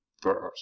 First